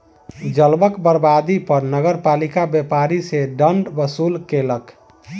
जलक बर्बादी पर नगरपालिका व्यापारी सॅ दंड वसूल केलक